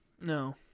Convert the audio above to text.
No